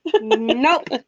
Nope